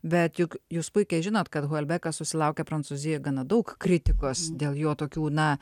bet juk jūs puikiai žinot kad holbekas susilaukia prancūzijoje gana daug kritikos dėl jo tokių na